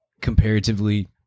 comparatively